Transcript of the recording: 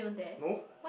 no